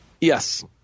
Yes